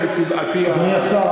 אדוני השר,